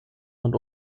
und